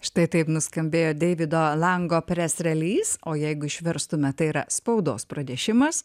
štai taip nuskambėjo deivido lango pres reys o jeigu išverstumėme tai yra spaudos pranešimas